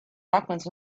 hopkins